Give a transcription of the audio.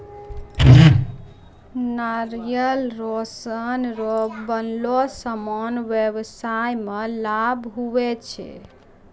नारियल रो सन रो बनलो समान व्याबसाय मे लाभ हुवै छै